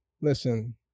Listen